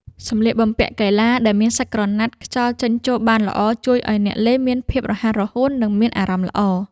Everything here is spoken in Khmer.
សម្លៀកបំពាក់កីឡាដែលមានសាច់ក្រណាត់ខ្យល់ចេញចូលបានល្អ ជួយឱ្យអ្នកលេងមានភាពរហ័សរហួន និងមានអារម្មណ៍ល្អ។